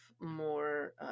more